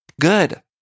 good